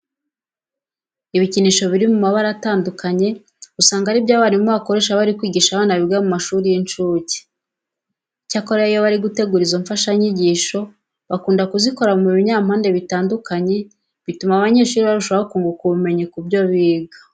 Ibikinisho biri mu mabara atandukanye usanga ari byo abarimu bakoresha bari kwigisha abana biga mu mashuri y'incukke. Icyakora iyo bari gutegura izo mfashanyigisho bakunda kuzikora mu binyampande bitandukanye bituma abanyeshuri barushaho kunguka ubumenyi ku byo biga.